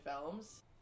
films